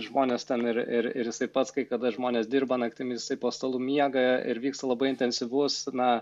žmonės ten ir ir ir jisai pats kai kada žmonės dirba naktimis jisai po stalu miega ir vyksta labai intensyvus na